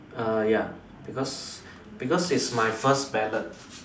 err ya because because its my first ballot